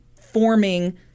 forming